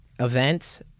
Event